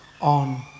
on